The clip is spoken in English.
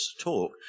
talk